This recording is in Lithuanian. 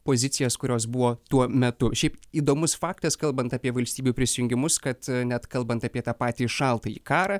pozicijas kurios buvo tuo metu šiaip įdomus faktas kalbant apie valstybių prisijungimus kad net kalbant apie tą patį šaltąjį karą